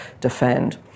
defend